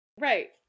Right